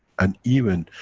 and even,